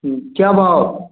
क्या भाव